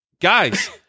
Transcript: Guys